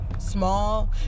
small